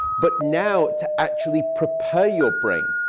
but now to actually prepare your brain,